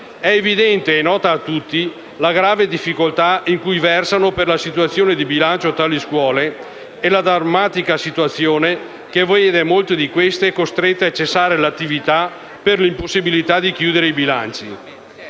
è evidente e nota a tutti la grave difficoltà in cui versano per la situazione di bilancio tali scuole e la drammatica situazione che vede molte di queste costrette a cessare l'attività per l'impossibilità di chiudere i bilanci.